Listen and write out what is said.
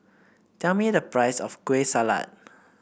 tell me the price of Kueh Salat